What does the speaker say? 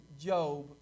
Job